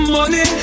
Money